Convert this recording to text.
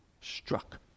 struck